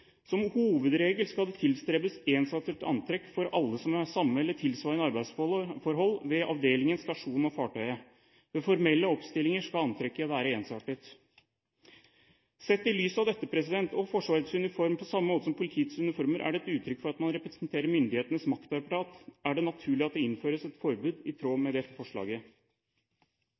hovedregel skal det tilstrebes ensartet antrekk for alle med samme eller tilsvarende arbeidsforhold ved avdelingen/stasjonen/fartøyet. Ved formelle oppstillinger skal antrekket være ensartet». Sett i lys av dette og at Forsvarets uniform på samme måte som politiets uniformer er et uttrykk for at man representerer myndighetenes maktapparat, er det naturlig at det innføres et forbud i tråd med dette forslaget.